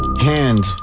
Hand